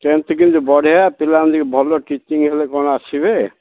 tenth କିନ୍ତି ବଢ଼ିଆ ପିଲା ଏମ୍ତିକି ଭଲ ଟିଚିଙ୍ଗ ହେଲେ କ'ଣ ଆସିବେ